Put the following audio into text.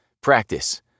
practice